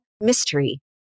mystery